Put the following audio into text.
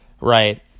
Right